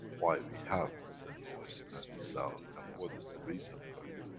why we have the noise and the sound, and what is the reason for it.